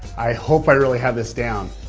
i hope i really have this down,